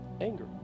Anger